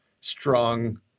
strong